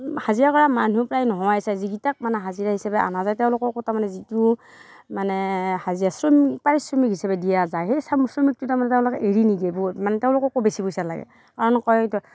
হাজিৰা কৰা মানুহ প্ৰায় নোহাৱাই হৈছে যিগিটাক মানে হাজিৰা হিচাপে আনা যায় তেওঁলোককো তাৰ মানে যিটো মানে হাজিৰা শ্ৰমিক পাৰিশ্ৰমিক হিচাপে দিয়া যায় সেই শ্ৰমিকটো তাৰ মানে তেওঁলোকে এৰি নিদিয়ে বহুত মানে তেওঁলোককো বেছি পইচা লাগে